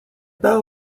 bell